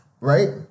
right